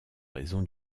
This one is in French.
raison